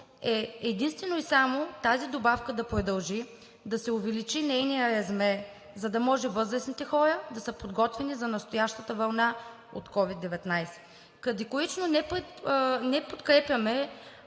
единствено и само тази добавка да продължи, да се увеличи нейният размер, за да може възрастните хора да са подготвени за настоящата вълна от COVID 19. Категорично не подкрепяме